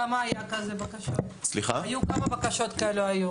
כמה בקשות כאלה היו?